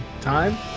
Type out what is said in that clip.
time